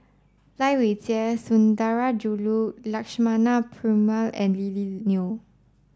Lai Weijie Sundarajulu Lakshmana Perumal and Lily Neo